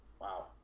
wow